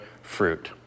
fruit